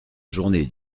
journée